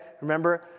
remember